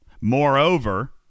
Moreover